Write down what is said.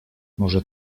może